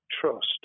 trust